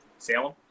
Salem